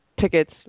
tickets